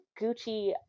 gucci